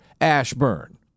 Ashburn